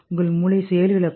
உங்கள் மூளை செயலிழக்கும்